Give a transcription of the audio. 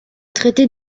traité